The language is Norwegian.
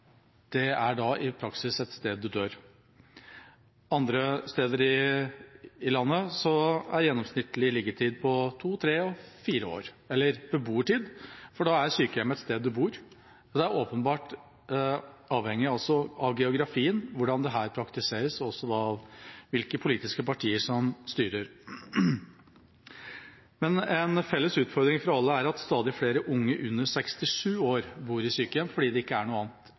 Det er da i praksis et sted man dør. Andre steder i landet er gjennomsnittlig liggetid, eller beboertid, på to, tre og fire år – da er sykehjemmet et sted man bor. Det er åpenbart avhengig av geografien – og også av hvilke politiske partier som styrer – hvordan dette praktiseres. Men en felles utfordring for alle er at stadig flere under 67 år bor på sykehjem, fordi det gjerne ikke er noe annet